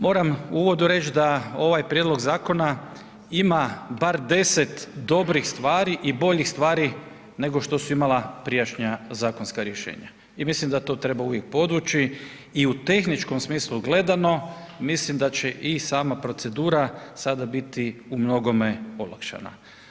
Moram u uvodu reći da ovaj prijedlog zakona ima bar 10 dobrih stvari i boljih stvari nego što su imala prijašnja zakonska rješenja i mislim da to treba uvijek podvući i u tehničkom smislu gledano mislim da će i sama procedura sada biti umnogome olakšana.